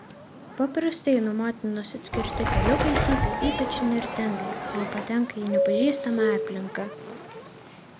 paprastai nuo motinos atskirti peliukai cypia ypač įnirtingai jei patenka į nepažįstamą aplinką